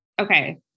okay